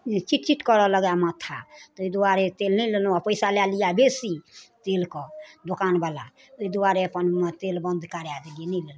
जे चिटचिट करऽ लगै माथा ताहि दुआरे तेल नहि लेलहुॅं आ पइसा लै लिए बेसी तेलके दोकान बला ओइ दुआरे अपन मऽ तेल बन्द करै दलियै नइ ललौ